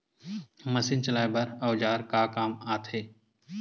Machine चलाए बर औजार का काम आथे?